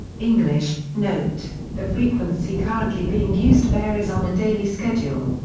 english note the frequency currently being used varies on a daily schedule.